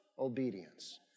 obedience